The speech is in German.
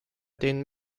den